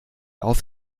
auf